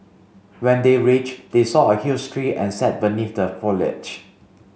when they reach they saw a huge tree and sat beneath the foliage